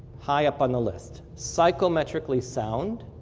high up on the list. psychometically sound.